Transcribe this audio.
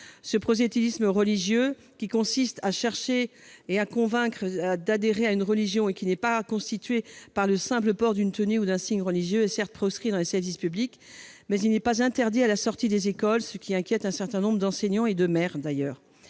Le prosélytisme religieux, qui vise à convaincre une personne d'adhérer à une religion et n'est pas constitué par le simple port d'une tenue ou d'un signe religieux, est certes proscrit dans les services publics, mais il n'est pas interdit à la sortie des écoles, ce qui inquiète un certain nombre d'enseignants et de maires. Les